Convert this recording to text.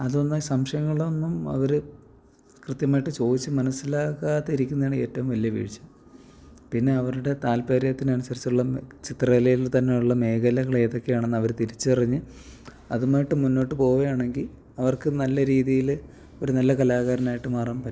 അതൊന്ന് സംശയങ്ങളൊന്നും അവര് കൃത്യമായിട്ട് ചോദിച്ച് മനസ്സിലാക്കാതിരിക്കുന്നതാണ് ഏറ്റവും വലിയ വീഴ്ച പിന്നെ അവരുടെ താല്പര്യത്തിനനുസരിച്ച് ഉള്ള ചിത്രകലയിൽ തന്നെ ഉള്ള മേഖലകൾ ഏതൊക്കെയാണെന്ന് അവര് തിരിച്ചറിഞ്ഞ് അതുമായിട്ട് മുന്നോട്ട് പോകുകയാണെങ്കിൽ അവർക്ക് നല്ല രീതിയിൽ ഒര് നല്ല കലാകാരനായിട്ട് മാറാൻ പറ്റും